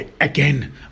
Again